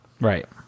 Right